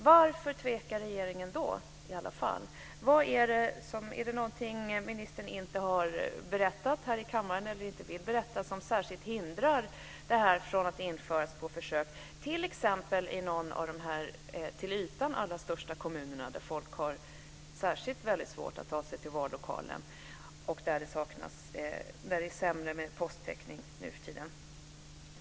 Varför tvekar regeringen i alla fall? Är det något som ministern inte har berättat här i kammaren, eller inte vill berätta, som särskilt hindrar detta från att införas på försök? Det skulle kunna ske t.ex. i någon av de till ytan allra största kommunerna, där folk har särskilt svårt att ta sig till vallokalerna och där det är sämre posttäckning nuförtiden.